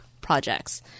projects